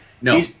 No